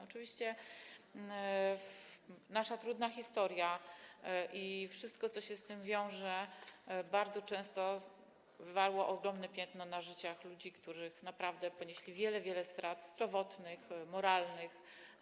Oczywiście nasza trudna historia i wszystko to, co się z tym wiąże, bardzo często odciskały ogromne piętno na życiu ludzi, którzy naprawdę ponieśli wiele, wiele strat zdrowotnych, moralnych.